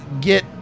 get